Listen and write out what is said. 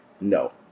no